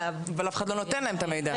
אבל אף אחד לא נותן להם את המידע.